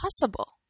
possible